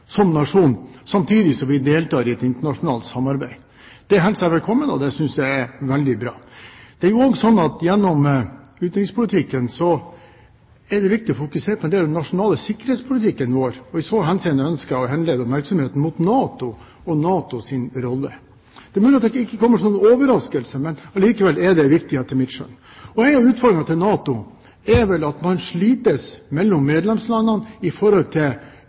som nasjon, samtidig som vi deltar i et internasjonalt samarbeid. Det hilser jeg velkommen, og det synes jeg er veldig bra. Gjennom utenrikspolitikken er det også viktig å fokusere på en del av den nasjonale sikkerhetspolitikken vår. I så henseende ønsker jeg å henlede oppmerksomheten på NATO og NATOs rolle. Det er mulig at dette ikke kommer som noen overraskelse, men likevel er det viktig, etter mitt skjønn. En av utfordringene til NATO er at man slites medlemslandene imellom når det gjelder vurdering av egen leveringsdyktighet, fortreffelighet og det å leve opp til